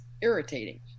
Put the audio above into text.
irritating